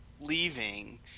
leaving